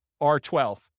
R12